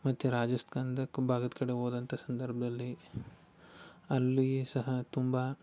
ಮತ್ತು ರಾಜಸ್ಥಾನದ ಕುಂ ಭಾಗದ ಕಡೆ ಹೋದಂಥ ಸಂದರ್ಭದಲ್ಲಿ ಅಲ್ಲಿ ಸಹ ತುಂಬ